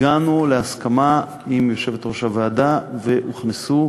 הגענו להסכמה עם יושבת-ראש הוועדה והוכנסו